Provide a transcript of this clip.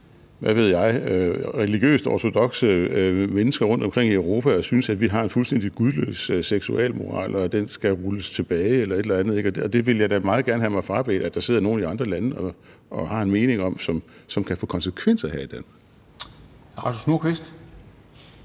religiøst ortodokse mennesker rundtomkring i Europa, der synes, at vi har en fuldstændig gudløs seksualmoral, og at den skal rulles tilbage eller et eller andet. Og jeg vil da meget gerne have mig frabedt, at der sidder nogle i andre lande og har en mening om det, som kan få konsekvenser her i landet.